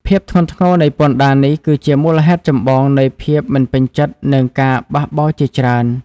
ភាពធ្ងន់ធ្ងរនៃពន្ធដារនេះគឺជាមូលហេតុចម្បងនៃភាពមិនពេញចិត្ត និងការបះបោរជាច្រើន។